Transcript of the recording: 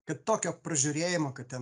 kad tokio pražiūrėjimo kad ten